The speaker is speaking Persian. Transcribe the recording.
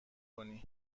کنی